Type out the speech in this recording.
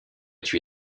tué